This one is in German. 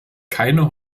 keine